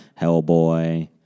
Hellboy